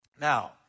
Now